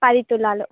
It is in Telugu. పది తులాలు